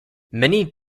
many